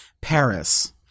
Paris